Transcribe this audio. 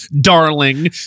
darling